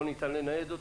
לא ניתן לנייד אותו?